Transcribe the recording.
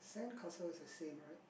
sandcastle is the same right